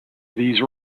these